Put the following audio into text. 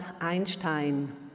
Einstein